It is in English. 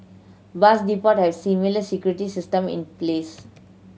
bus depot have similar security system in place